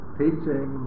teaching